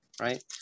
right